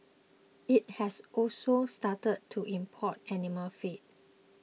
it has also started to import animal feed